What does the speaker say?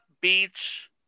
Beach